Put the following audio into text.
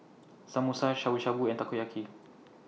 Samosa Shabu Shabu and Takoyaki